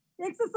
exercise